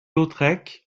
lautrec